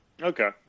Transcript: Okay